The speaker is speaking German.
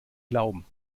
glauben